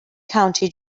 county